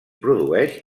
produeix